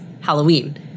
Halloween